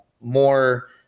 more